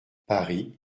paris